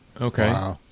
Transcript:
Okay